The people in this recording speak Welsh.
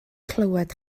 clywed